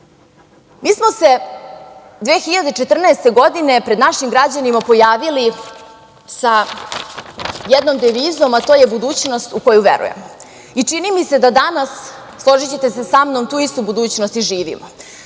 smo se 2014. godine pred našim građanima pojavili sa jednom devizom, a to je: „Budućnost u koju verujemo“. Čini mi se da danas, složićete se sa mnom, tu istu budućnost i živimo,